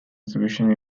exhibition